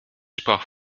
sprach